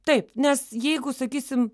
taip nes jeigu sakysim